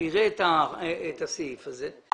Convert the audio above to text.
הוא יראה את הסעיף הזה,